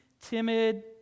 timid